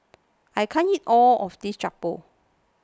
I can't eat all of this Jokbal